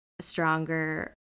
stronger